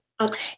okay